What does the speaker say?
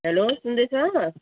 hello सुन्दैछ